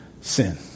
sin